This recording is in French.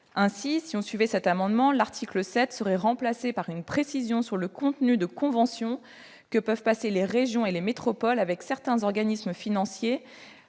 suivait les auteurs de cet amendement, l'article 7 serait remplacé par une précision sur le contenu de conventions que peuvent passer les régions et les métropoles avec certains organismes financiers